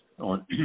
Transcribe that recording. on